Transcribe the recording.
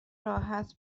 راحت